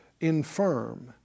infirm